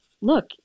look